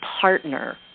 partner